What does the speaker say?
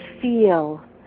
feel